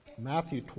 Matthew